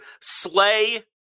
Slay